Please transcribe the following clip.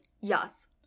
yes